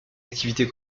activité